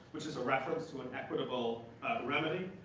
which is a reference to a equitable remedy.